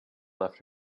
left